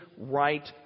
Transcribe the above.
right